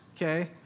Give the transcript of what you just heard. Okay